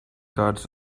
cards